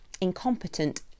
incompetent